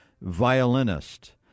violinist